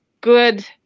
good